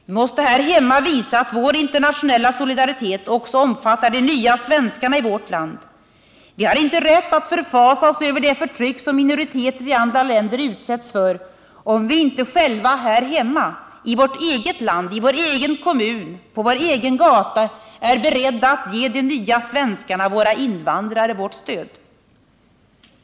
Vi måste här hemma visa att vår internationella solidaritet också omfattar de nya svenskarna i vårt land. Vi har inte rätt att förfasa oss över det förtryck som minoriteter i andra länder utsätts för, om inte vi själva här hemma i vårt eget land, i vår egen kommun och på vår egen gata är beredda att ge de nya svenskarna, våra invandrare, vårt stöd.